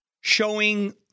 showing